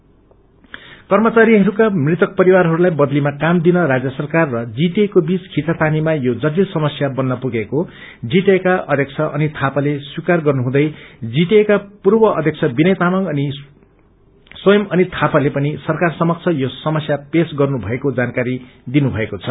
जीटीएमा कार्यकर कर्मचारीहरूका मृतक परिवारहरूलाई बदलीमा काम दिन राज्य सरकार र जीटीएको बीच खिचातानीमा यो जटिल समस्या बन्न पुगेको जीटीएका अध्यक्ष अनित थापाले स्वीकार गर्नुहँदै जीटीएका पूर्व अध्यक्ष विनय तामाङ अनि स्वयं अनित थापाले पनि सरकार समब यो समस्या पेश गर्नु भएको जानकारी दिनु भएको छ